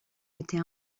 été